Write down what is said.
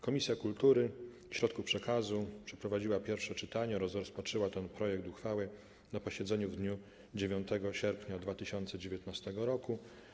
Komisja Kultury i Środków Przekazu przeprowadziła pierwsze czytanie, rozpatrzyła ten projekt uchwały na posiedzeniu w dniu 9 sierpnia 2019 r.